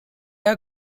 are